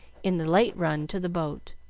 in the late run to the boat.